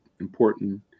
important